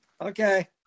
Okay